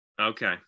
okay